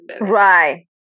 Right